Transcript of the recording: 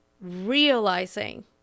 realizing